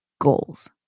goals